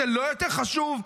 זה לא יותר חשוב?